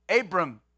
Abram